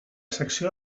secció